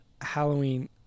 Halloween